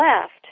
left